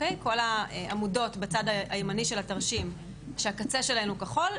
כל העמודות בצד הימני של התרשים שהקצה שלהן הוא כחול,